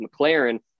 McLaren